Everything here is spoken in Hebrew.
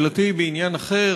שאלתי בעניין אחר,